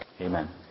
Amen